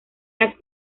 las